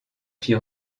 fit